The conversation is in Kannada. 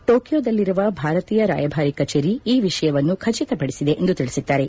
ಟೋಕಿಯೋದಲ್ಲಿರುವ ಭಾರತೀಯ ರಾಯಭಾರಿ ಕಚೇರಿ ಈ ವಿಷಯವನ್ನು ಖಚಿತಪಡಿಸಿದೆ ಎಂದು ತಿಳಿಸಿದ್ದಾರೆ